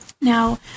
Now